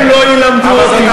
הם לא ילמדו אותי,